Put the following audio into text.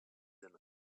aiment